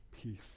peace